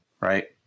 right